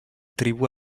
tribu